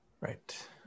Right